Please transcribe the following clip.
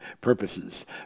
purposes